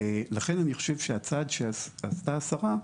לכן אני חושב שהצעד שעשתה השרה,